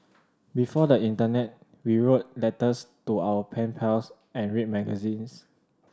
before the internet we wrote letters to our pen pals and read magazines